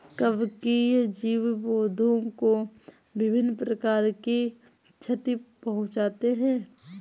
कवकीय जीव पौधों को विभिन्न प्रकार की क्षति पहुँचाते हैं